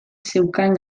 zeukan